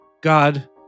God